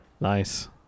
Nice